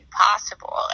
possible